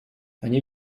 они